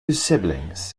siblings